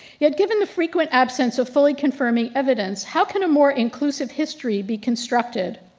yet given the frequent absence of fully confirming evidence how can a more inclusive history be constructed?